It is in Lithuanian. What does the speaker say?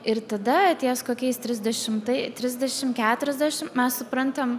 ir tada ties kokiais trisdešimtai trisdešim keturiasdešim mes suprantam